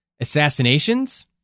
assassinations